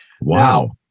Wow